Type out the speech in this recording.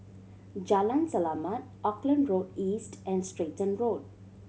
Jalan Selamat Auckland Road East and Stratton Road